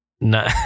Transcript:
no